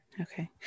Okay